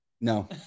no